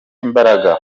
imbaraga